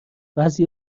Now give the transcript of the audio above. بعضی